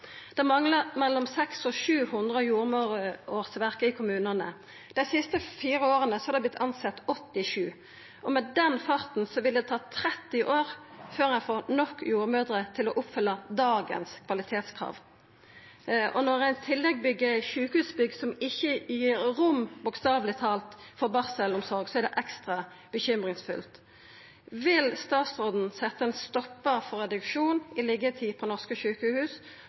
Det manglar mellom 600 og 700 jordmorårsverk i kommunane. Dei siste fire åra har det vorte tilsett 87, og med den farten ville det tatt 30 år før ein fekk nok jordmødrer til å oppfylla dagens kvalitetskrav. Når ein i tillegg byggjer sjukehusbygg som ikkje gir rom – bokstaveleg talt – for barselomsorg, er det ekstra bekymringsfullt. Vil statsråden setja ein stoppar for reduksjonen i liggjetid på norske sjukehus